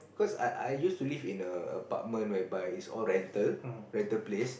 cause I I used to live in a apartment whereby it's all rental rental place